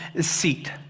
seat